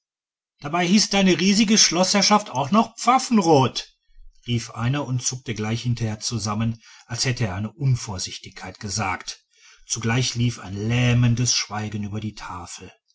dabei heißt deine riesige schloßherrschaft auch noch pfaffenrod rief einer und zuckte gleich hinterher zusammen als hätte er eine unvorsichtigkeit gesagt zugleich lief ein lähmendes schweigen über die tafel